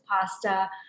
pasta